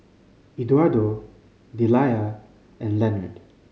Eduardo Deliah and Leonard